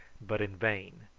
but in vain.